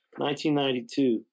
1992